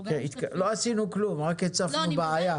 לא עשינו כלום, רק הצפנו בעיה.